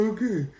Okay